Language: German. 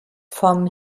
vom